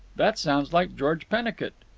that sounds like george pennicut.